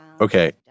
okay